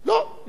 נתקבלו.